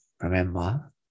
Remember